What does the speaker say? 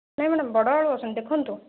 ନାଇଁ ମ୍ୟାଡ଼ାମ ବଡ଼ ଆଳୁ ଅଛି ଦେଖନ୍ତୁ